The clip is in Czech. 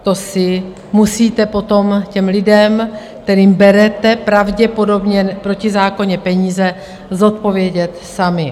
To si musíte potom těm lidem, kterým berete pravděpodobně protizákonně peníze, zodpovědět sami.